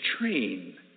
train